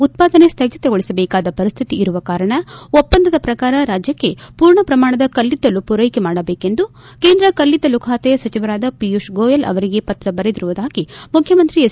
ಉತ್ತಾದನೆ ಸ್ಲಗಿತಗೊಳಿಸಬೇಕಾದ ಪರಿಸ್ತಿತಿ ಇರುವ ಕಾರಣ ಒಪ್ಪಂದದ ಪ್ರಕಾರ ರಾಜ್ಯಕ್ಷೆ ಪೂರ್ಣ ಪ್ರಮಾಣದ ಕಲ್ಲಿದ್ದಲು ಪೂರೈಕೆ ಮಾಡಬೇಕೆಂದು ಕೇಂದ್ರ ಕಲ್ಲಿದ್ದಲು ಖಾತೆಯ ಸಚವರಾದ ಪಿಯೂಷ್ ಗೋಯಲ್ ಅವರಿಗೆ ಪತ್ರ ಬರೆದಿರುವುದಾಗಿ ಮುಖ್ಯಮಂತ್ರಿ ಎಚ್